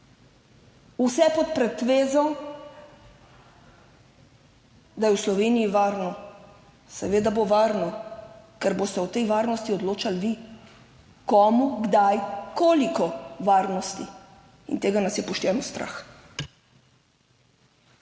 vse pod pretvezo, da je v Sloveniji varno. Seveda bo varno, ker boste o tej varnosti odločali vi. Komu, kdaj, koliko varnosti in tega nas je pošteno strah.